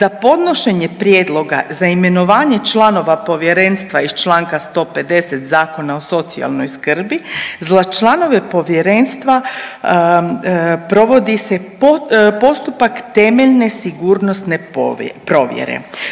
za podnošenje prijedloga za imenovanje članova povjerenstva iz Članka 150. Zakona o socijalnoj skrbi za članove povjerenstva provodi se postupak temeljne sigurnosne provjere